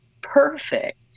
perfect